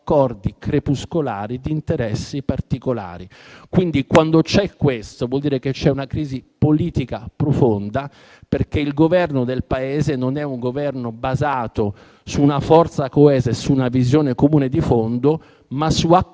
accordi crepuscolari relativi ad interessi particolari. Quando avviene questo, vuol dire che c'è una crisi politica profonda perché il Governo del Paese non è basato su una forza coesa e su una visione comune di fondo, ma su accordi